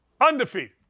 Undefeated